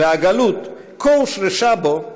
והגלות כה הושרשה בו,